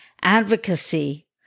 advocacy